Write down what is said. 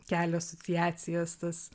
kelia asociacijas tas